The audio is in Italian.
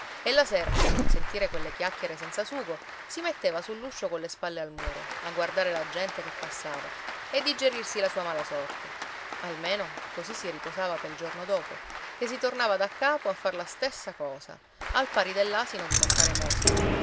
e la sera per non sentire quelle chiacchiere senza sugo si metteva sull'uscio colle spalle al muro a guardare la gente che passava e digerirsi la sua mala sorte almeno così si riposava pel giorno dopo che si tornava da capo a far la stessa cosa al pari dell'asino di compare mosca